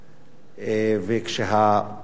וכשהמצב לא,